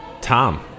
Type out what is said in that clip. Tom